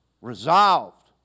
resolved